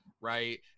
right